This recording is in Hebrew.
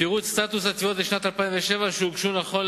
פירוט סטטוס התביעות לשנת 2007 שהוגשו נכון